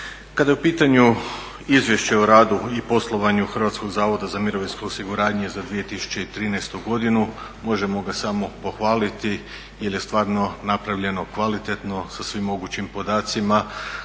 Kada je u pitanju Izvješće o radu i poslovanju Hrvatskog zavoda za mirovinsko osiguranje za 2013. godinu možemo ga samo pohvaliti jer je stvarno napravljeno kvalitetno sa svim mogućim podacima